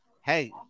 Hey